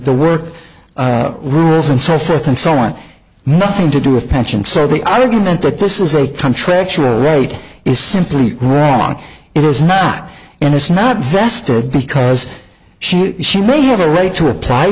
the work rules and so forth and so on nothing to do with pensions so the argument that this is a country actual rate is simply wrong it is not and it's not vested because she she may have a leg to apply